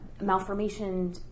malformation